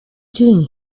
doing